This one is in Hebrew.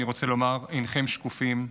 אני רוצה לומר: אינכם שקופים.